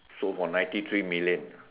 sold for ninety three million